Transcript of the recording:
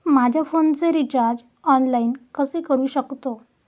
माझ्या फोनचे recharge online कसे करू शकतो?